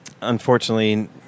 Unfortunately